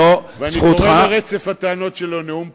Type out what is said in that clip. ואני קורא לרצף הטענות שלו נאום בחירות,